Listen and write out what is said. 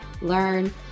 learn